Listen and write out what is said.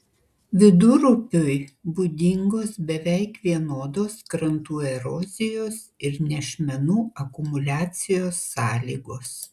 vidurupiui būdingos beveik vienodos krantų erozijos ir nešmenų akumuliacijos sąlygos